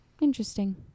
Interesting